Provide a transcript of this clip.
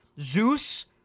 Zeus